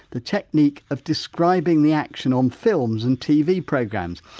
the technique of describing the action on films and tv programmes.